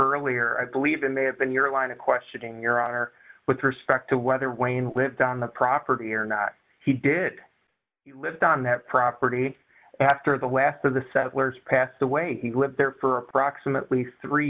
earlier believe it may have been your line of questioning your honor with respect to whether wayne lived on the property or not he did he lived on that property after the west of the settlers passed away he lived there for approximately three